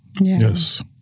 Yes